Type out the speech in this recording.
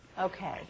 Okay